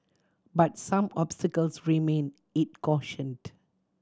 but some obstacles remain it cautioned